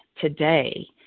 today